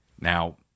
Now